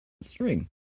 string